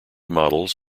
models